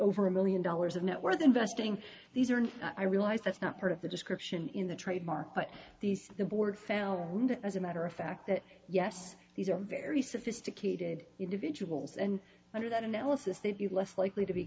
over a million dollars of net worth investing these are and i realize that's not part of the description in the trademark but these the board found as a matter of fact that yes these are very sophisticated individuals and under that analysis they'd be less likely to be